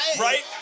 Right